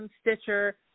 Stitcher